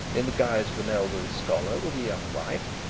in the guise of an elderly scholar with a young wife,